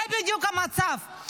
זה בדיוק המצב.